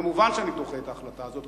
מובן שאני דוחה את ההחלטה הזאת,